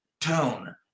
tone